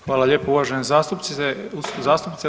Hvala lijepo uvažena zastupnice.